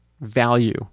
value